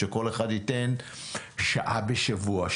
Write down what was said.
שכל אחד ייתן שעה בשבוע,